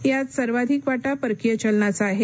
यात सर्वाधिक वाटा परकीय चलनाचा आहे